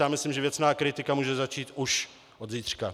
Já myslím, že věcná kritika může začít už od zítřka.